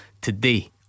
today